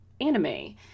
anime